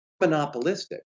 monopolistic